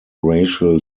racial